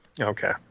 Okay